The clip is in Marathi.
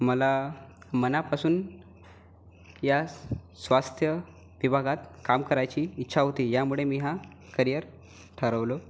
मला मनापासून या स्वास्थ्य विभागात काम करायची इच्छा होती यामुळे मी हा करिअर ठरवला